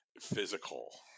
physical